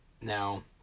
Now